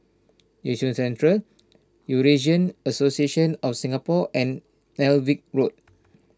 Yishun Central Eurasian Association of Singapore and Alnwick Road